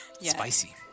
Spicy